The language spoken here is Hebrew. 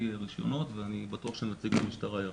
רישיונות ואני בטוח שנציג המשטרה ירחיב.